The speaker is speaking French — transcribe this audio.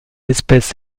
espèce